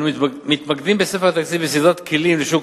אנחנו מתמקדים בספר התקציב בסדרת כלים לשוק